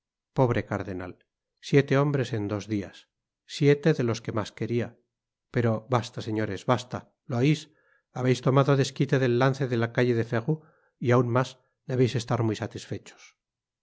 pobre cardenal siete hombres en dos dias siete de los que mas queria pero basta señores basta lo ois habeis tomado desquite del lance de la calle de ferou y aun mas debeis estar muy satisfechos